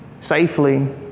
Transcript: Safely